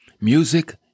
Music